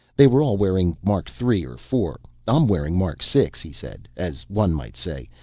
they were all wearing mark three or four. i'm wearing mark six, he said, as one might say,